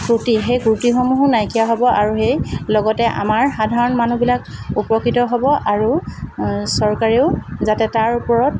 ক্ৰুটি সেই ক্ৰুটিসমূহো নাইকিয়া হ'ব আৰু সেই লগতে আমাৰ সাধাৰণ মানুহবিলাক উপকৃত হ'ব আৰু চৰকাৰেও যাতে তাৰ ওপৰত